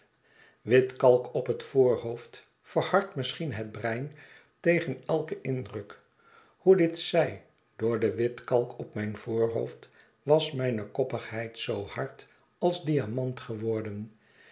witkalk op het voorhoofd verhardt misschien het brein tegen elken indruk hoe dit zij door de witkalk op mijn voorhoofd was mijne koppigheid zoo hard als diamant geworden